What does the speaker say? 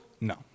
No